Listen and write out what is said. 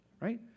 right